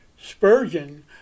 Spurgeon